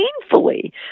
painfully